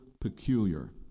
peculiar